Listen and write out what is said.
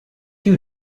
you